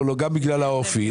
גם בגלל האופי,